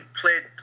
played